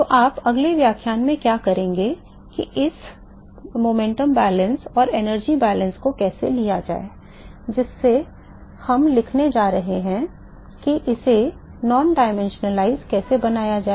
तो आप अगले व्याख्यान में क्या करेंगे कि इन संवेग संतुलन और ऊर्जा संतुलन को कैसे लिया जाए जिसे हम लिखने जा रहे हैं कि इसे गैर आयामी कैसे बनाया जाए